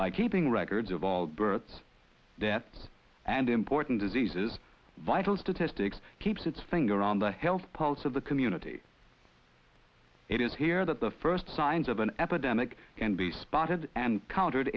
by keeping records of all births deaths and important diseases vital statistics keeps its finger on the health pulse of the community it is here that the first signs of an epidemic can be spotted and counter